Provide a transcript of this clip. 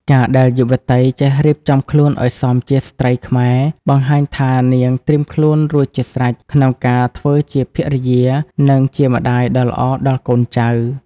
ការដែលយុវតីចេះ "រៀបចំខ្លួនឱ្យសមជាស្ត្រីខ្មែរ" បង្ហាញថានាងត្រៀមខ្លួនរួចជាស្រេចក្នុងការធ្វើជាភរិយា និងជាម្ដាយដ៏ល្អដល់កូនចៅ។